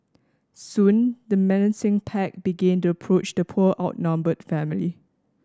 soon the menacing pack began to approach the poor outnumbered family